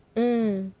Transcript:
mm